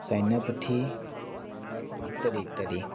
China পুঠি ইত্যাদি ইত্যাদি